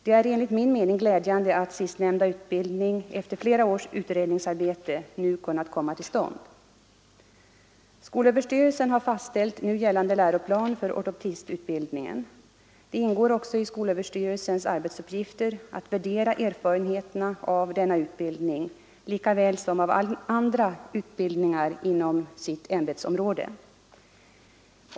Det är enligt min mening glädjande att sistnämnda utbildning, efter flera års utredningsarbete, nu kunnat komma till stånd. Skolöverstyrelsen har fastställt nu gällande läroplan för ortoptistutbildningen. Det ingår också i skolöverstyrelsens arbetsuppgifter att värdera erfarenheterna av denna utbildning lika väl som av andra utbildningar inom sitt ämbetsområde.